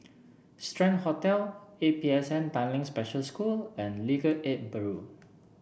Strand Hotel A P S N Tanglin Special School and Legal Aid Bureau